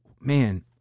man